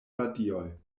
radioj